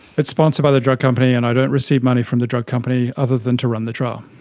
it's sponsored by the drug company, and i don't receive money from the drug company other than to run the trial.